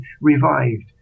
revived